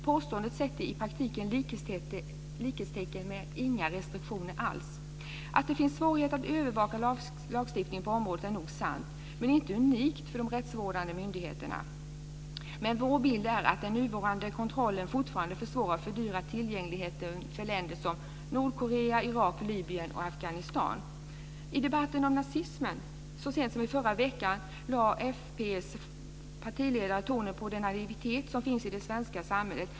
Påståendet sätter i praktiken likhetstecken med inga restriktioner alls. Att det finns svårigheter att övervaka lagstiftningen på området är nog sant men inte unikt för de rättsvårdande myndigheterna. Men vår bild är att den nuvarande kontrollen fortfarande försvårar och fördyrar tillgängligheten för länder som Nordkorea, Irak, I debatten om nazismen så sent som förra veckan lade Folkpartiets partiledare tonen på den naivitet som finns i det svenska samhället.